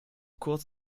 kurz